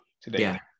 today